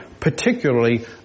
Particularly